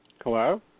Hello